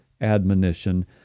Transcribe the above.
admonition